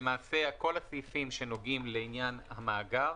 למעשה, כל הסעיפים שנוגעים לעניין המאגר